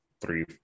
three